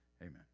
Amen